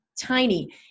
tiny